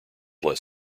less